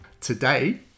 Today